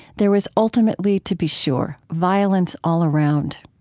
there was ultimately, to be sure, violence all around.